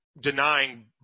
denying